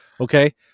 okay